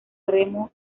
remo